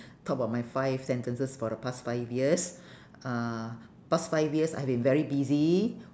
talk about my five sentences for the past five years uh past five years I've been very busy